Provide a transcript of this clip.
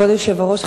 כבוד היושב-ראש,